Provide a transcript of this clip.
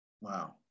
Wow